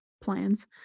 plans